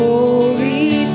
Holy